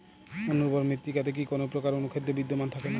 অনুর্বর মৃত্তিকাতে কি কোনো প্রকার অনুখাদ্য বিদ্যমান থাকে না?